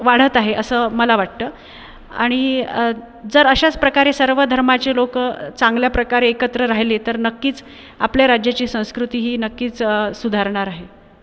वाढत आहे असं मला वाटतं आणि जर अशाच प्रकारे सर्व धर्माचे लोक चांगल्या प्रकारे एकत्र राहिले तर नक्कीच आपल्या राज्याची संस्कृती ही नक्कीच सुधारणार आहे